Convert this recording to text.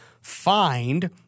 find